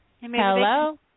Hello